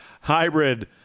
hybrid